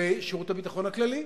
לגופי שירות הביטחון הכללי,